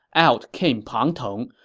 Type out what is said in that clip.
out came pang tong,